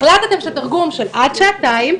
החלטתם שתרגום של עד שעתיים,